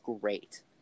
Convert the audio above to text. great